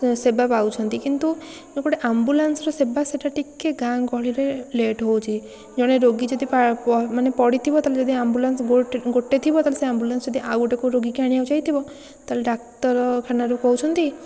ସେବା ପାଉଛନ୍ତି କିନ୍ତୁ ଗୋଟେ ଆମ୍ବୁଲାନ୍ସର ସେବା ସେଇଟା ଟିକିଏ ଗାଁ ଗହଳିରେ ଲେଟ୍ ହେଉଛି ଜଣେ ରୋଗୀ ଯଦି ମାନେ ପଡ଼ିଥିବ ତାହେଲେ ଯଦି ଆମ୍ବୁଲାନ୍ସ ଗୋଟେ ଗୋଟେ ଥିବ ସେ ଯଦି ଆଉ ଗୋଟେ କେଉଁ ରୋଗୀକି ଆଣିବାକୁ ଯାଇଥିବ ତାହେଲେ ଡାକ୍ତରଖାନାରୁ କହୁଛନ୍ତି